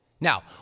Now